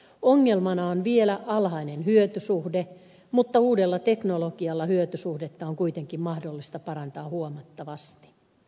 ongelmana on vielä alhainen hyötysuhde mutta uudella teknologialla hyötysuhdetta on kuitenkin mahdollista parantaa huomattavasti